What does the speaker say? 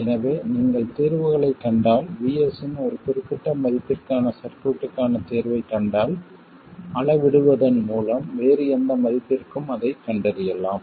எனவே நீங்கள் தீர்வுகளைக் கண்டால் VS இன் ஒரு குறிப்பிட்ட மதிப்பிற்கான சர்க்யூட்க்கான தீர்வைக் கண்டால் அளவிடுவதன் மூலம் வேறு எந்த மதிப்பிற்கும் அதைக் கண்டறியலாம்